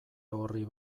orri